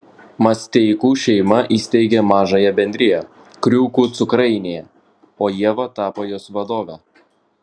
masteikų šeima įsteigė mažąją bendriją kriūkų cukrainė o ieva tapo jos vadove